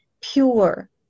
pure